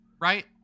Right